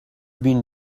been